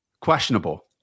questionable